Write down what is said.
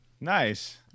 Nice